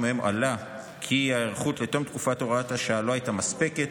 ומהם עלה כי ההיערכות לתום תקופת הוראת השעה לא הייתה מספקת,